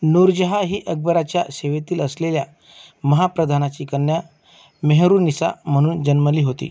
नूरजहाँ ही अकबराच्या सेवेतील असलेल्या महाप्रधानाची कन्या मेहरुनिसा म्हणून जन्मली होती